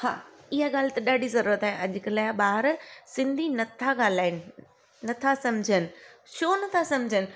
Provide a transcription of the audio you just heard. हा ईअं ॻाल्हि त ॾाढी ज़रूरत आहे अॼुकल्ह जा ॿार सिंधी नथा ॻाल्हायण नथा सम्झनि छो नथा सम्झनि